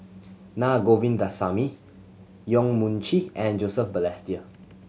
Na Govindasamy Yong Mun Chee and Joseph Balestier